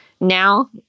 Now